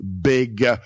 big